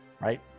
right